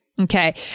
Okay